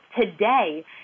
today